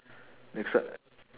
next ti~